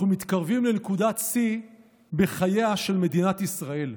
אנחנו מתקרבים לנקודת שיא בחייה של מדינת ישראל.